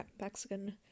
Mexican